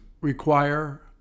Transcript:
require